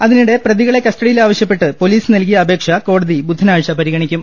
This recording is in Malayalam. അതിനിടെ പ്രതികളെ കസ്റ്റഡിയിൽ ആവശ്യപ്പെട്ട് പൊലീസ് നൽകിയ അപേക്ഷ കോടതി ബുധനാഴ്ച പരിഗണിക്കും